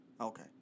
Okay